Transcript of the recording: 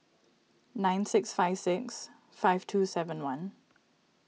nine six five six five two seven one